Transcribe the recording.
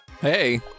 hey